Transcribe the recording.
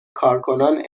کارکنان